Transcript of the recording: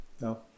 No